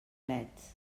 leds